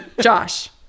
josh